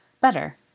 Better